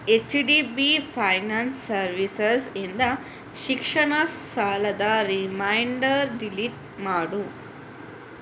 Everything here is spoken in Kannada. H D B finance services ಇಂದ ಶಿಕ್ಷಣ ಸಾಲದ ರಿಮೈಂಡರ್ ಡಿಲೀಟ್ ಮಾಡು